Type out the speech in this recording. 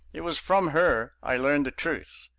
it was from her i learned the truth.